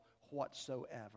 whatsoever